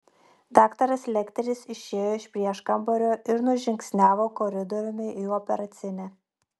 daktaras lekteris išėjo iš prieškambario ir nužingsniavo koridoriumi į operacinę